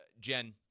Jen